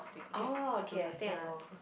oh okay I think I know